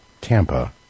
Tampa